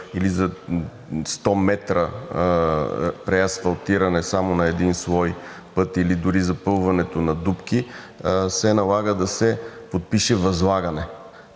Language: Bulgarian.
или за 100 метра преасфалтиране само на един слой път или дори за запълването на дупки се налага да се подпише възлагане,